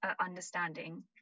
understanding